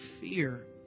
fear